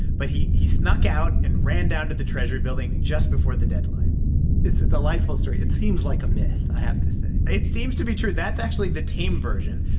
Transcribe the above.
but he he snuck out and ran down to the treasury building just before the deadline it's a delightful story. it seems like a myth, i have to say it seems to be true. that's actually the tame version.